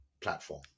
platform